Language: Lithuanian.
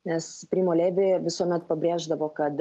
nes primo levi visuomet pabrėždavo kad